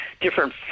different